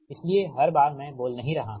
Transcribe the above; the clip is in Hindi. इसलिए हर बार मैं बोल नहीं रहा हूं